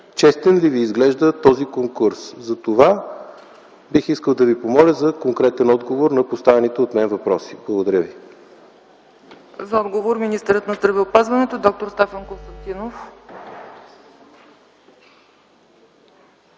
Честен ли Ви изглежда този конкурс? За това бих искал да Ви помоля за конкретен отговор на поставените от мен въпроси. Благодаря ви. ПРЕДСЕДАТЕЛ ЦЕЦКА ЦАЧЕВА: За отговор – министърът на здравеопазването д-р Стефан Константинов.